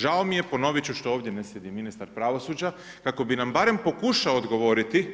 Žao mi je, ponoviti ću, što ovdje ne sjedi ministar pravosuđa kako bi nam barem pokušao odgovoriti